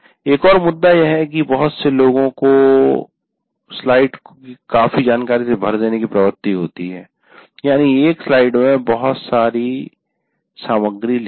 एक और मुद्दा यह है कि बहुत से लोगों में स्लाइड को काफी जानकारी से भर देने की प्रवृत्ति होती है यानी एक स्लाइड में बहुत सारी सामग्री लिखना